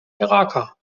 iraker